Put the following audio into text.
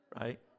Right